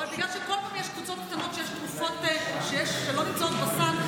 אבל בגלל שכל פעם יש קבוצות קטנות ויש תרופות שלא נמצאות בסל,